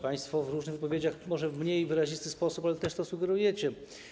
Państwo w różnych wypowiedziach, może w mniej wyrazisty sposób, też to sugerujecie.